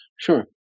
Sure